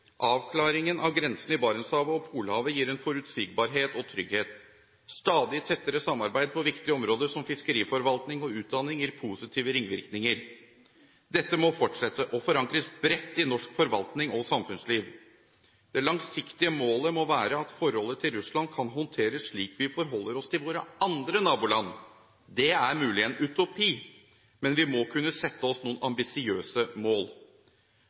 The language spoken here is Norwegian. Avklaringen av grensen i Barentshavet og Polhavet gir en forutsigbarhet og trygghet. Stadig tettere samarbeid på viktige områder som fiskeriforvaltning og utdanning gir positive ringvirkninger. Dette må fortsette og forankres bredt i norsk forvaltning og samfunnsliv. Det langsiktige målet må være at forholdet til Russland kan håndteres, slik vi forholder oss til våre andre naboland. Det er mulig det er en utopi, men vi må kunne sette oss noen ambisiøse mål.